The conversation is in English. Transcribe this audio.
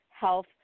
health